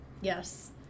Yes